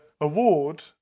award